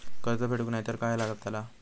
कर्ज फेडूक नाय तर काय जाताला?